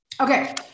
Okay